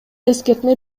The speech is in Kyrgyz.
эскертме